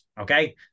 Okay